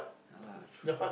ya lah true